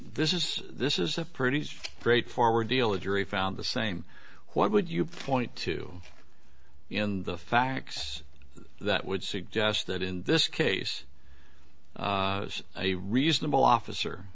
this is this is a pretty straightforward deal a jury found the same what would you point to in the facts that would suggest that in this case a reasonable officer